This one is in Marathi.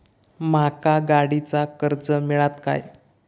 माका गाडीचा कर्ज मिळात काय?